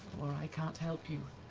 or i can't help you.